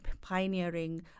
pioneering